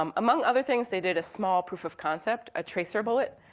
um among other things, they did a small proof of concept, a tracer bullet.